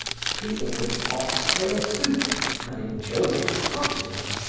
he ordered oxtail soup and enjoyed it heartily.